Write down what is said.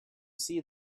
see